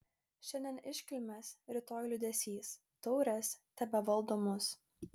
šiandien iškilmės rytoj liūdesys taurės tebevaldo mus